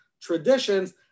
traditions